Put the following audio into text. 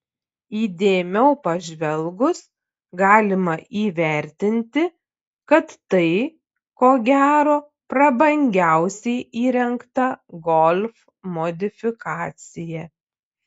įdėmiau pažvelgus galima įvertinti kad tai ko gero prabangiausiai įrengta golf modifikacija